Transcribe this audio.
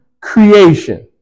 creation